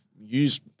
use